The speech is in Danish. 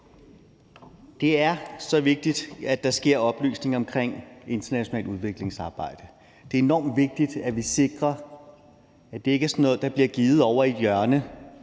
Det er så vigtigt, at der sker oplysning om internationalt udviklingsarbejde. Det er enormt vigtigt, at vi sikrer, at det ikke er sådan noget, der bliver givet ovre i et hjørne